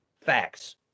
Facts